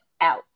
out